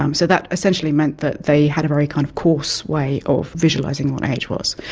um so that essentially meant that they had a very kind of coarse way of visualising what age was.